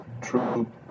true